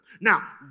Now